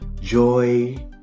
joy